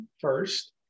first